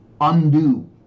undo